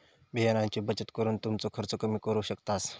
बियाण्यांची बचत करून तुमचो खर्च कमी करू शकतास